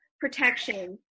protection